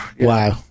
wow